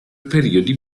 periodi